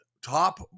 Top